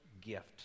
gift